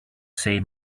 say